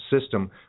system